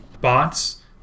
bots